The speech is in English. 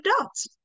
adults